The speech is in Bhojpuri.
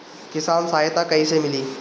किसान सहायता कईसे मिली?